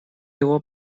его